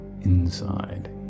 inside